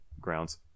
grounds